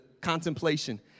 contemplation